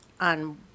on